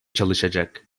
çalışacak